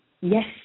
Yes